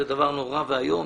זה דבר נורא ואיום.